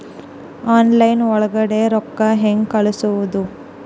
Online ಒಳಗಡೆ ರೊಕ್ಕ ಹೆಂಗ್ ಕಳುಹಿಸುವುದು?